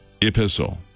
epistle